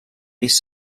disc